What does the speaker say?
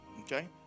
Okay